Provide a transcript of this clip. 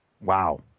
Wow